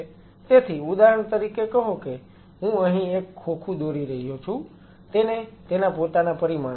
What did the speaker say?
તેથી ઉદાહરણ તરીકે કહો કે હું અહીં એક ખોખું દોરી રહ્યો છું તેને તેના પોતાના પરિમાણો છે